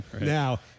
now